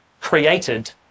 created